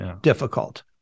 difficult